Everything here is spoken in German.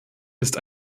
ist